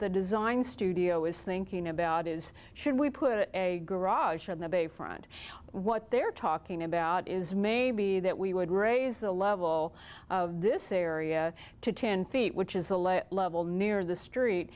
the design studio is thinking about is should we put a garage on the bay front what they're talking about is maybe that we would raise the level of this area to ten feet which is the layer level near the street